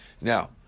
Now